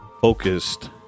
focused